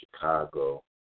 Chicago